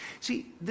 See